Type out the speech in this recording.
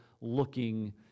looking